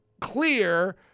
clear